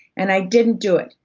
and i didn't do it,